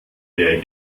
der